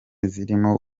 zirimo